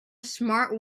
smart